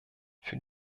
für